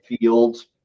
fields